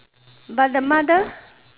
but the mother